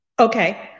Okay